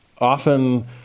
often